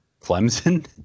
Clemson